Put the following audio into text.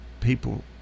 people